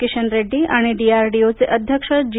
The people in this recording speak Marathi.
किशन रेड्डी आणि डीआरडीओ चे अध्यक्ष जी